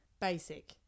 Basic